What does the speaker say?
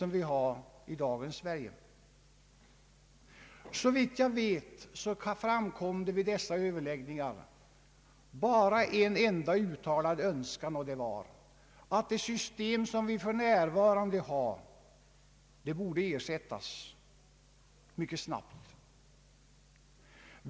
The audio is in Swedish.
Enligt vad jag har mig bekant framkom vid dessa överläggningar bara en enda uttalad önskan: att det nuvarande systemet mycket snabbt borde ersättas.